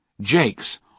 Jake's